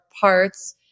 parts